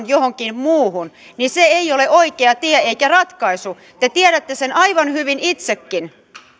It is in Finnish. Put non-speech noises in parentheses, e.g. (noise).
(unintelligible) johonkin muuhun olisi oikea tie tai ratkaisu te tiedätte sen aivan hyvin itsekin